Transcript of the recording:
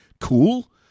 cool